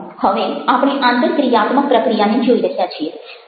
હવે આપણે આંતરક્રિયાત્મક પ્રક્રિયાને જોઈ રહ્યા છીએ